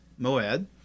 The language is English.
Moed